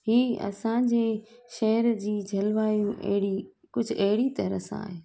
हीअं ई असां जे शहर जी जल वायू अहिड़ी कुझु अहिड़ी तरह सां आहे